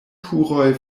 turoj